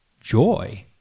Joy